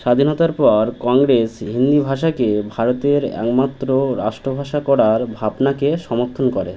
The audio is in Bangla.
স্বাধীনতার পর কংগ্রেস হিন্দি ভাষাকে ভারতের একমাত্র রাষ্ট্রভাষা করার ভাবনাকে সমর্থন করে